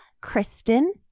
Kristen